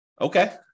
Okay